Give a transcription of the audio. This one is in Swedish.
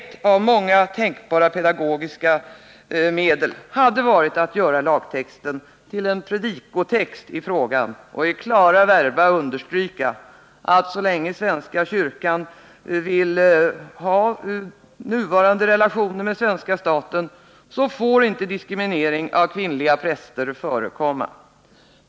Ett av många tänkbara pedagogiska medel hade varit att göra den här lagtexten till en ”predikotext” i frågan och i klara verba understryka att så länge svenska kyrkan vill ha nuvarande relationer med svenska staten får inte diskriminering av kvinnliga präster förekomma.